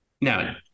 now